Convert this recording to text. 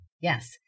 Yes